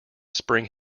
spring